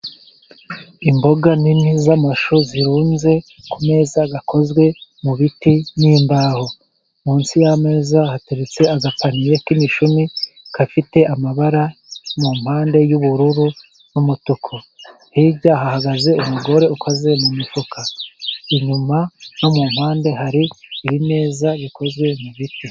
Imboga nini z'amashu zirunze ku meza akozwe mu biti n'imbaho. Munsi y'ameza hateretse agapaniye k'imishumi gafite amabara mu mpande y'ubururu n'umutuku. Hirya hahagaze umugore ufashe mu mifuka inyuma no mu mpande hari ibineza bikozwe mu biti.